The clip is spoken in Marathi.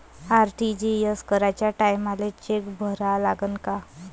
आर.टी.जी.एस कराच्या टायमाले चेक भरा लागन का?